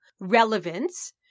Relevance